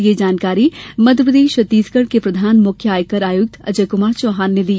यह जानकारी मध्यप्रदेश छत्तीसगढ़ के प्रधान मुख्य आयकर आयुक्त अजय कुमार चौहान ने दी